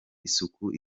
isuku